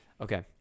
okay